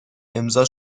امضا